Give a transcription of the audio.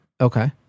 Okay